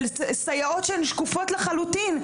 של סייעות שהן שקופות לחלוטין,